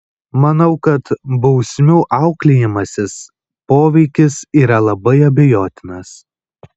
manau kad bausmių auklėjamasis poveikis yra labai abejotinas